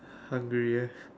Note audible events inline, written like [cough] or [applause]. hungry eh [breath]